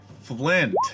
Flint